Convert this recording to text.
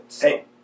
Hey